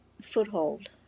foothold